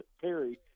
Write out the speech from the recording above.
perry